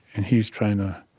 and he's trying to